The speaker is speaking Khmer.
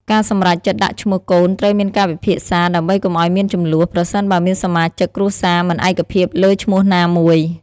ការសម្រេចចិត្តដាក់ឈ្មោះកូនត្រូវមានការពិភាក្សា ដើម្បីកុំអោយមានជម្លោះ ប្រសិនបើសមាជិកគ្រួសារមិនឯកភាពលើឈ្មោះណាមួយ។